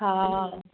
हा हा